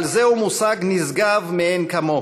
אבל זהו מושג נשגב מאין כמוהו,